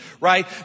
right